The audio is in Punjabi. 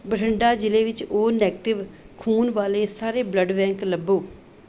ਬਠਿੰਡਾ ਜ਼ਿਲ੍ਹੇ ਵਿੱਚ ਓ ਨੈਗੇਟਿਵ ਖੂਨ ਵਾਲੇ ਸਾਰੇ ਬਲੱਡ ਬੈਂਕ ਲੱਭੋ